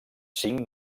cinc